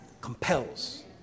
compels